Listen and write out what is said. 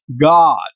God